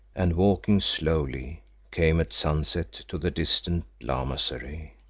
and walking slowly came at sunset to the distant lamasery.